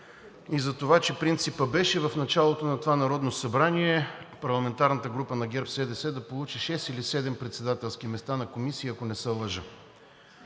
и за това, че принципът в началото на това Народно събрание беше парламентарната група на ГЕРБ-СДС да получи шест или седем председателски места на комисии, ако не се лъжа,